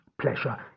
pleasure